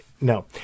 no